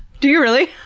do you really?